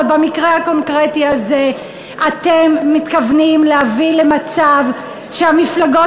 אבל במקרה הקונקרטי הזה אתם מתכוונים להביא למצב שהמפלגות